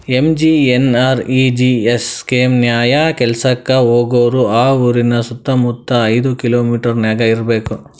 MGNREGS scheme ನ್ಯಾಯ ಕೆಲ್ಸಕ್ಕ ಹೋಗೋರು ಆ ಊರಿನ ಸುತ್ತಮುತ್ತ ಐದ್ ಕಿಲೋಮಿಟರನ್ಯಾಗ ಇರ್ಬೆಕ್